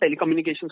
telecommunications